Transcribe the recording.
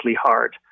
hard